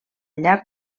llarg